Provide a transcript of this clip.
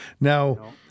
Now